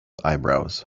eyebrows